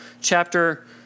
Chapter